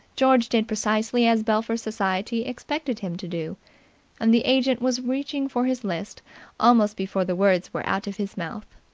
george did precisely as belpher society expected him to do and the agent was reaching for his list almost before the words were out of his mouth.